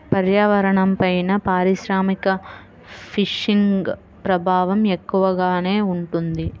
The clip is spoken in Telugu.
పర్యావరణంపైన పారిశ్రామిక ఫిషింగ్ ప్రభావం ఎక్కువగానే ఉంటుంది